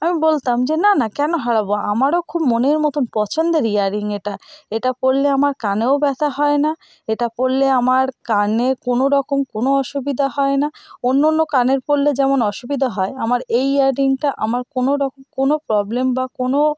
আমি বলতাম যে না না কেন হারাব আমারও খুব মনের মতন পছন্দের ইয়াররিং এটা এটা পরলে আমার কানেও ব্যথা হয় না এটা পরলে আমার কানে কোনো রকম কোনো অসুবিধা হয় না অন্য অন্য কানের পরলে যেমন অসুবিধা হয় আমার এই ইয়াররিংটা আমার কোনো রকম কোনো প্রবলেম বা কোনো